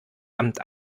amt